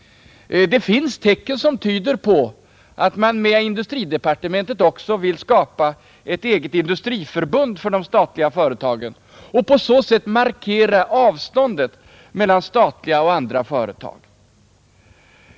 Det finns tecken som tyder på att man i dag vill skapa ett eget Nr 53 industriförbund för de statliga företagen och på så sätt markera avståndet Tisdagen den mellan statliga och andra företag.